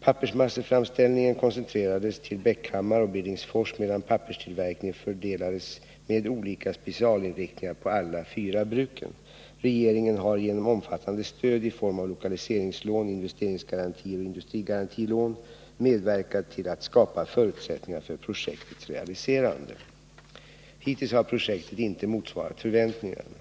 Pappersmasseframställningen koncentrerades till Bäckhammar och Billingsfors medan papperstillverkningen fördelades med olika specialinriktningar på alla fyra bruken. Regeringen har genom omfattande stöd i form av lokaliseringslån, investeringsgarantier och industrigarantilån medverkat till att skapa förutsättningar för projektets realiserande. Hittills har projektet inte motsvarat förväntningarna.